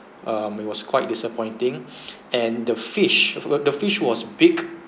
um we was quite disappointing and the fish the the fish was big